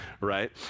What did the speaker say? right